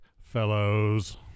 Fellows